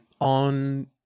on